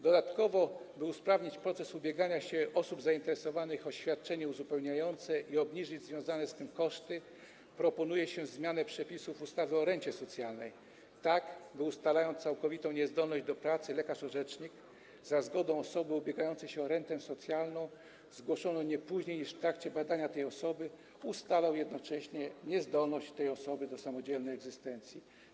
Dodatkowo, by usprawnić proces ubiegania się osób zainteresowanych o świadczenie uzupełniające i obniżyć związane z tym koszty, proponuje się zmianę przepisów ustawy o rencie socjalnej, tak by ustalając całkowitą niezdolność do pracy, lekarz orzecznik za zgodą osoby ubiegającej się o rentę socjalną, zgłoszoną nie później niż w trakcie badania tej osoby, ustalał jednocześnie niezdolność tej osoby do samodzielnej egzystencji.